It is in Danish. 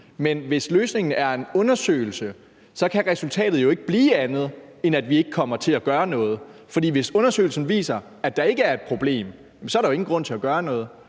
Men hvis løsningen er en undersøgelse, kan resultatet jo ikke blive andet, end at vi ikke kommer til at gøre noget. For hvis undersøgelsen viser, at der ikke er et problem, så er der jo ingen grund til at gøre noget,